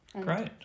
great